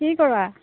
কি কৰা